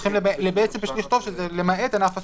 צריך לכתוב "למעט ענף הסיעוד".